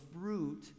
fruit